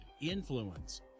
influence